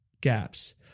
gaps